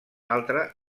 altre